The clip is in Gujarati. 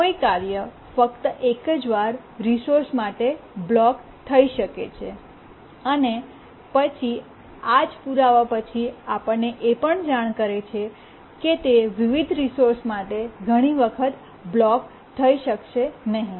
કોઈ કાર્ય ફક્ત એક જ વાર રિસોર્સ માટે બ્લોક થઈ શકે છે અને પછી આ જ પુરાવા પછી આપણને એ જાણ કરે છે કે તે વિવિધ રિસોર્સ માટે ઘણી વખત બ્લોક થઈ શકશે નહીં